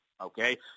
Okay